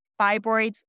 fibroids